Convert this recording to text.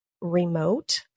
remote